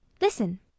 Listen